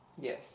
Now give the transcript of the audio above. Yes